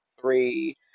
three